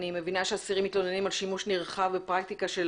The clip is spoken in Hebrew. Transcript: אני מבינה שהאסירים מתלוננים על שימוש נרחב בפרקטיקה של